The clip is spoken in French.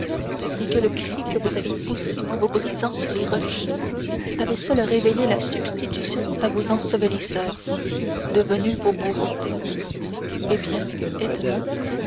et que le cri que vous aviez poussé en vous brisant sur les rochers avait seul révélé la substitution à vos ensevelisseurs devenus vos bourreaux eh bien